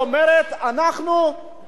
אנחנו רוצים לתת קצבאות.